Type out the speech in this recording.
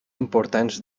importants